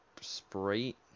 Sprite